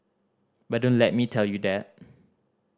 but don't let me tell you that